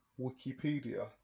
Wikipedia